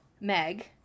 Meg